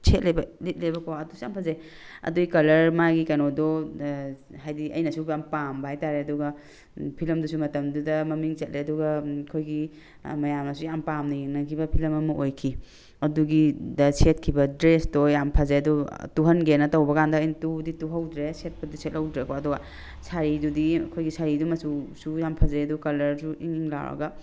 ꯁꯦꯠꯂꯦꯕ ꯂꯤꯠꯂꯦꯕꯀꯣ ꯑꯗꯨꯁꯨ ꯌꯥꯝ ꯐꯖꯩ ꯑꯗꯨꯒꯤ ꯀꯂꯔ ꯃꯥꯒꯤ ꯀꯩꯅꯣꯗꯣ ꯍꯥꯏꯗꯤ ꯑꯩꯅꯁꯨ ꯌꯥꯝ ꯄꯥꯝꯕ ꯍꯥꯏꯇꯥꯔꯦ ꯑꯗꯨꯒ ꯐꯤꯂꯝꯗꯨꯁꯨ ꯃꯇꯝꯗꯨꯗ ꯃꯃꯤꯡ ꯆꯠꯂꯦ ꯑꯗꯨꯒ ꯑꯩꯈꯣꯏꯒꯤ ꯃꯌꯥꯝꯅꯁꯨ ꯌꯥꯝ ꯄꯥꯝꯅ ꯌꯦꯡꯅꯈꯤꯕ ꯐꯤꯂꯝ ꯑꯃ ꯑꯣꯏꯈꯤ ꯑꯗꯨꯒꯤꯗ ꯁꯦꯠꯈꯤꯕ ꯗ꯭ꯔꯦꯁꯇꯣ ꯌꯥꯝ ꯐꯖꯩ ꯑꯗꯣ ꯇꯨꯍꯟꯒꯦꯅ ꯇꯧꯕꯀꯥꯟꯗ ꯑꯩꯅ ꯇꯨꯕꯗꯤ ꯇꯨꯍꯧꯗ꯭ꯔꯦ ꯁꯦꯠꯄꯗꯤ ꯁꯦꯠꯍꯧꯗ꯭ꯔꯦꯀꯣ ꯑꯗꯣ ꯁꯥꯔꯤꯗꯨꯗꯤ ꯑꯩꯈꯣꯏꯒꯤ ꯁꯥꯔꯤꯗꯨ ꯃꯆꯨꯁꯨ ꯌꯥꯝ ꯐꯖꯩ ꯑꯗꯨ ꯀꯂꯔꯁꯨ ꯏꯪ ꯏꯪ ꯂꯥꯎꯔꯒ